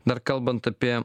dar kalbant apie